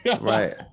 right